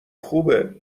خوبه